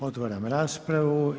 Otvaram raspravu.